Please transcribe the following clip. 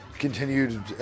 Continued